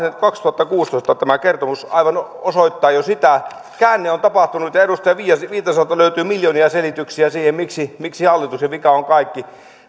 kaksituhattakuusitoista tämä kertomus osoittaa jo sitä käänne on tapahtunut ja edustaja viitaselta viitaselta löytyy miljoonia selityksiä sille miksi hallituksen vika on kaikki